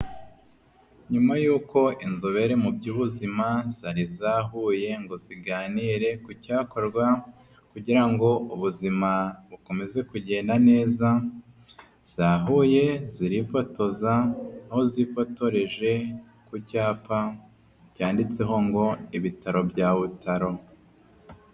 Nyuma y'uko inzobere mu by'ubuzima, zari zahuye ngo ziganire ku cyakorwa kugira ngo ubuzima bukomeze kugenda neza, zahuye zirifotoza, aho zifotoreje ku cyapa cyanditseho ngo ibitaro bya Butaro.